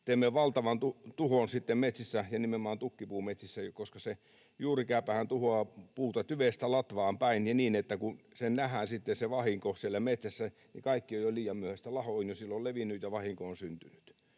teemme valtavan tuhon sitten metsissä ja nimenomaan tukkipuumetsissä, koska se juurikääpähän tuhoaa puuta tyvestä latvaan päin ja niin, että kun nähdään sitten se vahinko siellä metsässä, niin kaikki on jo liian myöhäistä. Laho on jo silloin levinnyt ja vahinko on syntynyt.